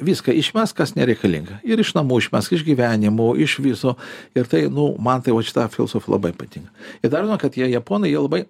viską išmesk kas nereikalinga ir iš namų išmesk iš gyvenimo iš viso ir tai nu man tai vat šita filosofija labai patinka ir dar viena kad tie japonai jie labai